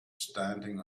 standing